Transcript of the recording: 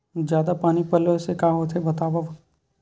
जादा पानी पलोय से का होथे बतावव?